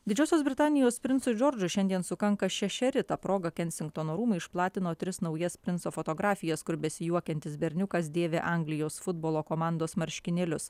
didžiosios britanijos princui džordžui šiandien sukanka šešeri ta proga kensingtono rūmai išplatino tris naujas princo fotografijas kur besijuokiantis berniukas dėvi anglijos futbolo komandos marškinėlius